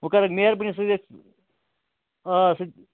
وۅنۍ کَرکھ میٚہربٲنی سۭتۍ آ سُہ تہِ